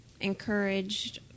encouraged